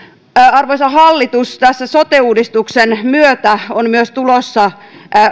arvoisa hallitus tässä sote uudistuksen myötä on tulossa